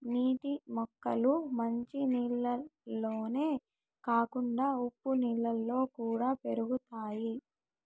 నీటి మొక్కలు మంచి నీళ్ళల్లోనే కాకుండా ఉప్పు నీళ్ళలో కూడా పెరుగుతాయి